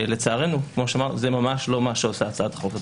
לצערנו כאמור זה ממש לא מה שעושה הצעת החוק הזאת.